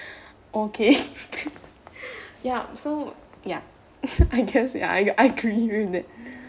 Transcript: okay ya so ya I guess I agree with that